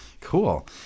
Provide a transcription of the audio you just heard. cool